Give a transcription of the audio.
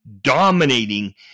dominating